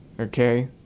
okay